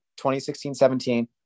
2016-17